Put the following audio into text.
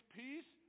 peace